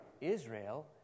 Israel